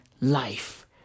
life